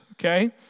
Okay